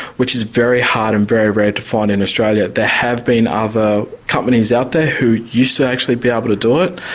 which is very hard and very rare to find in australia. there have been other companies out there who used to actually be able to do it.